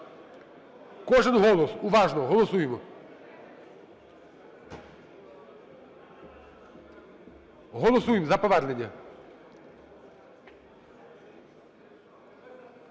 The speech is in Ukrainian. Кожен голос, уважно, голосуємо. Голосуємо за повернення.